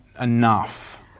enough